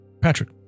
Patrick